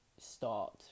start